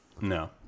No